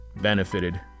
benefited